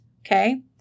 Okay